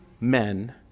men